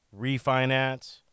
refinance